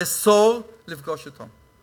שהייתה לאסור להיפגש אתם.